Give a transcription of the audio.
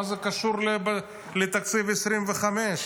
מה זה קשור לתקציב 2025?